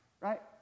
Right